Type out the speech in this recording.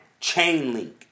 Chainlink